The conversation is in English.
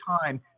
time